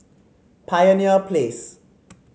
Pioneer Place